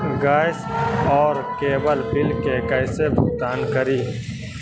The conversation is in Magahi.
गैस और केबल बिल के कैसे भुगतान करी?